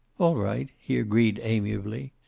all right, he agreed amiably.